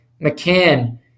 McCann